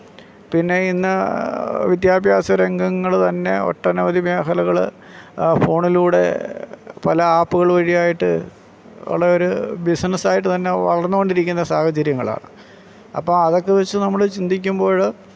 പിന്നെ ഇന്ന് വിദ്യാഭ്യാസ രംഗങ്ങൾ തന്നെ ഒട്ടനവധി മേഖലകൾ ഫോണിലൂടെ പല ആപ്പുകൾ വഴിയായിട്ട് ഉള്ള ഒരു ബിസിനസ് ആയിട്ട് തന്നെ വളർന്നുകൊണ്ടിരിക്കുന്ന സാഹചര്യങ്ങളാണ് അപ്പം അതൊക്കെ വെച്ച് നമ്മൾ ചിന്തിക്കുമ്പോഴ്